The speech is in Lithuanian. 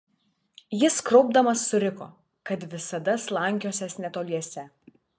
jis kraupdamas suriko kad visada slankiosiąs netoliese